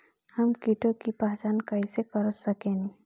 हम कीटों की पहचान कईसे कर सकेनी?